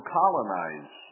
colonize